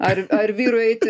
ar ar vyrui eiti